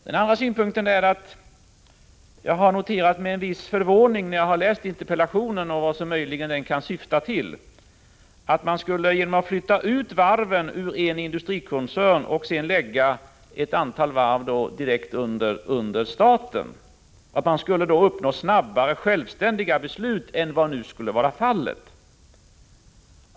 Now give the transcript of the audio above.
Den andra synpunkten jag vill lämna är att jag, när jag läste interpellationen och funderade över vad den möjligen kan syfta till, med viss förvåning har noterat att Nic Grönvall menar att man genom att flytta ut varven ur en industrikoncern och på så sätt lägga ett antal varv direkt under staten snabbare skulle uppnå självständiga beslut än vad som nu skulle vara fallet.